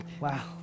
Wow